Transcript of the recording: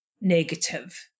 negative